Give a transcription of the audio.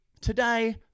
Today